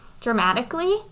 dramatically